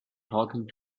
talking